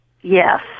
yes